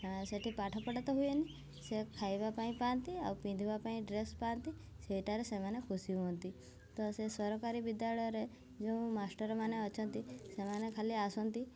ସେଇଠି ପାଠ ପଢ଼ା ତ ହୁଏନି ସେ ଖାଇବା ପାଇଁ ପାଆନ୍ତି ଆଉ ପିନ୍ଧିବା ପାଇଁ ଡ୍ରେସ୍ ପାଆନ୍ତି ସେଇଟାରେ ସେମାନେ ଖୁସି ହୁଅନ୍ତି ତ ସେ ସରକାରୀ ବିଦ୍ୟାଳୟରେ ଯେଉଁ ମାଷ୍ଟରମାନେ ଅଛନ୍ତି ସେମାନେ ଖାଲି ଆସନ୍ତି